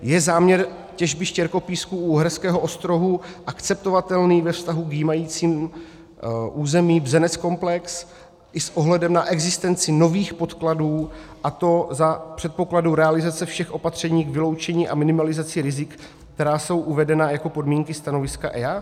Je záměr těžby štěrkopísků u Uherského Ostrohu akceptovatelný ve vztahu k jímacímu území Bzeneckomplex i s ohledem na existenci nových podkladů, a to za předpokladu realizace všech opatření k vyloučení a minimalizaci rizik, která jsou uvedena jako podmínky stanoviska EIA?